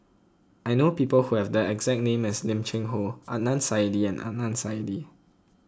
I know people who have the exact name as Lim Cheng Hoe Adnan Saidi and Adnan Saidi